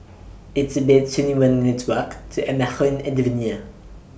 It's about twenty one minutes' Walk to